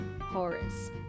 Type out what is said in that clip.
Horace